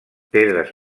pedres